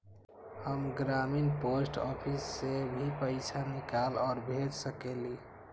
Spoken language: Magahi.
हम ग्रामीण पोस्ट ऑफिस से भी पैसा निकाल और भेज सकेली?